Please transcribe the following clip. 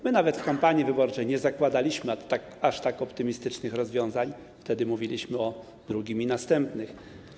My nawet w kampanii wyborczej nie zakładaliśmy aż tak optymistycznych rozwiązań, wtedy mówiliśmy o drugim i następnych.